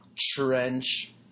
trench